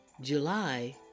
July